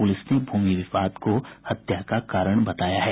police ने भूमि विवाद को हत्या का कारण बताया है